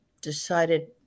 decided